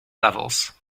levels